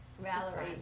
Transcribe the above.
Valerie